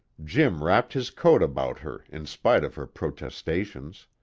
jim wrapped his coat about her in spite of her protestations.